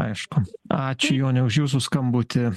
aišku ačiū jone už jūsų skambutį